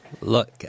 Look